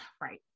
right